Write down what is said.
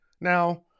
Now